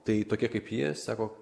tai tokie kaip ji sako